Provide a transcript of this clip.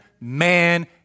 man